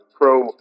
pro